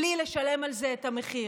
בלי לשלם על זה את המחיר.